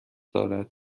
دارد